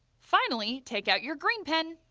finally, take out your green pen.